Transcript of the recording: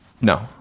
No